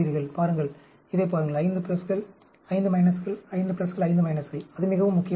பாருங்கள் இதைப் பாருங்கள் 5 பிளஸ்கள் 5 மைனஸ்கள் 5 பிளஸ்கள் 5 மைனஸ்கள் அது மிகவும் முக்கியமானது